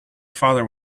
father